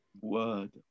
word